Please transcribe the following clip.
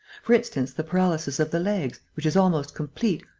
for instance, the paralysis of the legs, which is almost complete,